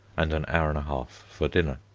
and an hour and a half for dinner.